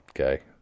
Okay